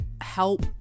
help